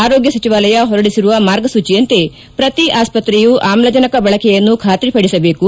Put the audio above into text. ಆರೋಗ್ಡ ಸಚಿವಾಲಯ ಹೊರಡಿಸಿರುವ ಮಾರ್ಗಸೂಚಿಯಂತೆ ಪ್ರತಿ ಆಸ್ವತ್ರೆಯು ಆಮ್ಲಜನಕ ಬಳಕೆಯನ್ನು ಖಾತ್ರಿಪಡಿಸಬೇಕು